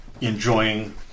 enjoying